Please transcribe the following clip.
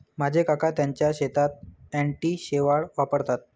माझे काका त्यांच्या शेतात अँटी शेवाळ वापरतात